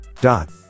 dot